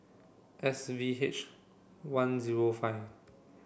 S V H one zero five